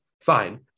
Fine